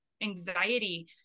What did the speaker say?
anxiety